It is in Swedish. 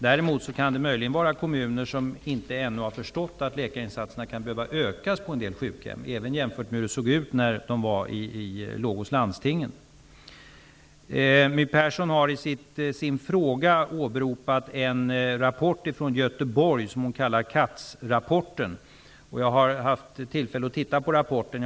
Däremot kan det möjligen finnas kommuner som ännu inte har förstått att läkarinsatserna kan komma att behöva ökas på en del sjukhem, även jämfört med hur det såg ut när de låg under landstingen. My Persson har i sin fråga åberopat en rapport från Göteborg som hon kallar för Katz-rapporten. Jag har haft tillfälle att titta på rapporten.